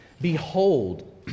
Behold